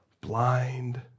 Blind